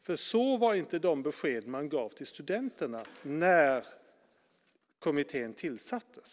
Det var inte de beskeden man gav till studenterna när kommittén tillsattes.